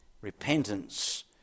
repentance